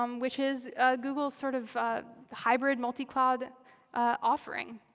um which is google's sort of hybrid multi-cloud offering.